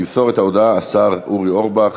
ימסור את ההודעה השר אורי אורבך,